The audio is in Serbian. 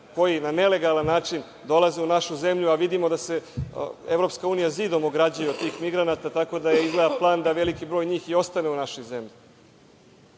koji na nelegalan način dolaze u našu zemlju, a vidimo da se EU zidovima ograđuje od tih migranata, tako da je izgleda plan da veliki broj njih i ostane u našoj zemlji? Takođe